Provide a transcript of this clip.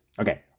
Okay